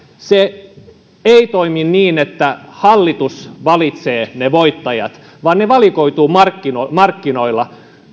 se ei toimi niin että hallitus valitsee ne voittajat vaan ne valikoituvat markkinoilla markkinoilla